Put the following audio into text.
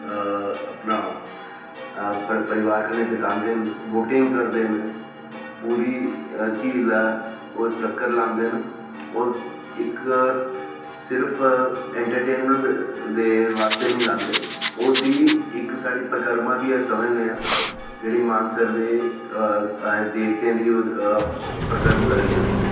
अपने परिवार कन्नै बितांदे न बोटिंग करदे न पूरी झील दा ओह् चक्कर लांदे न ओह् इक सिर्फ इंटरटेनमेंट दे आस्तै नेईं लांदे उसी इक साढ़ी परिक्रमा बी समझनेआं जेह्ड़ी मानसर दे देवतें दी अस परिक्रमा करै ने आं